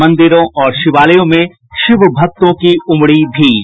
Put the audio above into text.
मंदिरों और शिवालयों में शिवभक्तों की उमड़ी भीड़